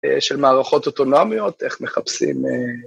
של מערכות אוטונומיות, איך מחפשים...